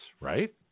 right